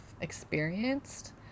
experienced